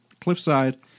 Cliffside